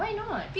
why not